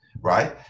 right